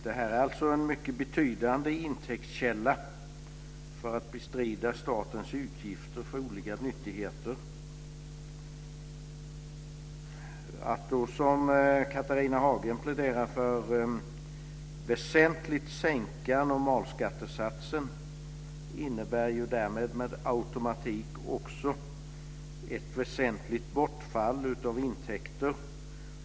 Det är alltså en mycket betydande intäktskälla för att bestrida statens utgifter för olika nyttigheter. Att, som Catharina Hagen pläderar för, väsentligt sänka normalskattesatsen innebär därmed med automatik också ett väsentligt bortfall av intäkter.